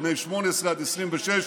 לבני 18 עד 26,